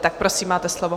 Tak prosím, máte slovo.